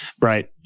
right